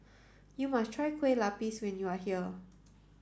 you must try Kueh Lapis when you are here